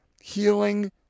healing